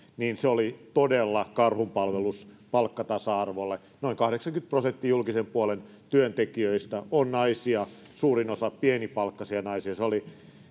oli todella karhunpalvelus palkkatasa arvolle noin kahdeksankymmentä prosenttia julkisen puolen työntekijöistä on naisia suurin osa pienipalkkaisia naisia